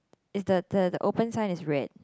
is the the the open sign is red